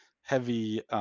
heavy